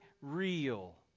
real